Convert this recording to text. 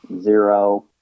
zero